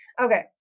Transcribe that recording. Okay